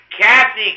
Kathy